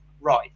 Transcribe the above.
Right